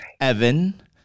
Evan